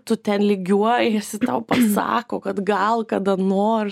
tu ten lygiuojiesi tau pasako kad gal kada nors